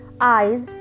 Eyes